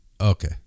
Okay